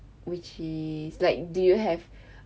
which is like do you have